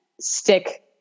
stick